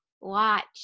watch